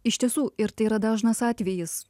iš tiesų ir tai yra dažnas atvejis